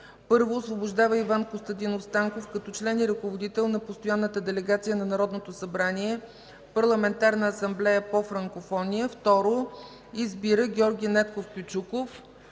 1. Освобождава Иван Костадинов Станков като член и ръководител на Постоянната делегация на Народното събрание в Парламентарната асамблея по франкофония. 2. Избира Георги Недков Кючуков